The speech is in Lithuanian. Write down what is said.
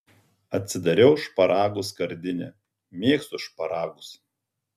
atsidariau šparagų skardinę mėgstu šparagus